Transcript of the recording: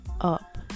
up